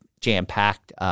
jam-packed